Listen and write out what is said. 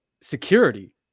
security